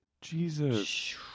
Jesus